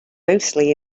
mostly